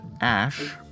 Ash